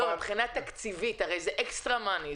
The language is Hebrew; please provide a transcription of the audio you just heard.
מבחינה תקציבית הרי זה אקסטרה כסף,